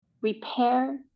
repair